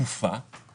השותף